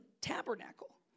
tabernacle